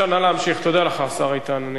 יש לנו חוזר מנכ"ל שלא מתקיים.